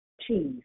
cheese